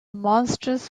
monstrous